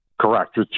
Correct